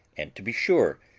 and, to be sure,